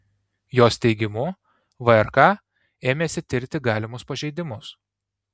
jos teigimu vrk ėmėsi tirti galimus pažeidimus